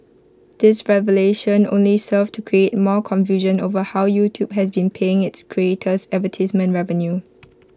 this revelation only served to create more confusion over how YouTube has been paying its creators advertisement revenue